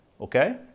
Okay